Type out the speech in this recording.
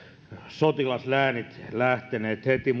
sotilasläänit lähteneet heti